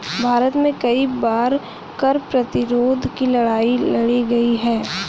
भारत में कई बार कर प्रतिरोध की लड़ाई लड़ी गई है